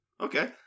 Okay